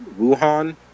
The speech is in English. Wuhan